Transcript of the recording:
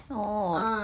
orh